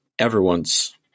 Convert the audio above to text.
everyone's